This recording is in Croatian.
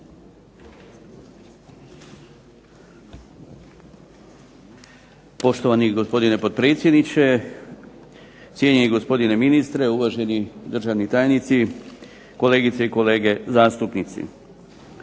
Poštovani gospodine potpredsjedniče, cijenjeni gospodine ministre, uvaženi državni tajnici, kolegice i kolege zastupnici.